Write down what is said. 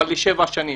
אבל לשבע שנים.